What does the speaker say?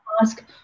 ask